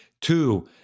Two